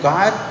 God